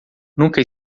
nunca